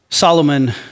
Solomon